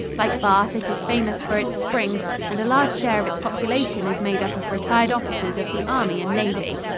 like bath, it is famous for its springs, and a large share of its population is made up of retired officers of the army and navy.